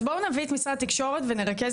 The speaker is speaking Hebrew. אז בואו נביא את משרד התקשורת ונראה,